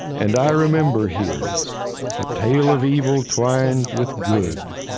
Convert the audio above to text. and i remember here a tale of evil twined with good,